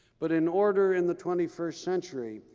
but in order, in the twenty first century,